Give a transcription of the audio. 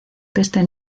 peste